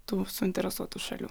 tų suinteresuotų šalių